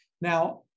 Now